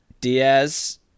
Diaz